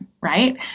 right